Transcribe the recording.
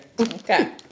Okay